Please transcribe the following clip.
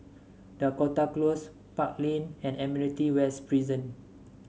Dakota Close Park Lane and Admiralty West Prison